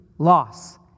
loss